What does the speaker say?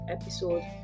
episode